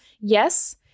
yes